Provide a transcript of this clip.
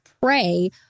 pray